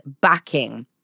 backing